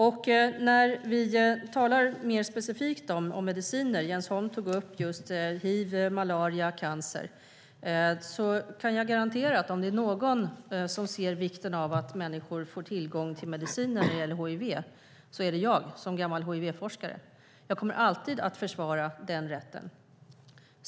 När det gäller specifikt mediciner - Jens Holm tog upp hiv, malaria och cancer - kan jag garantera att om det är någon som ser vikten av att människor får tillgång till mediciner mot hiv så är det jag som gammal hiv-forskare. Jag kommer alltid att försvara den rätten.